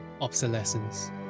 Obsolescence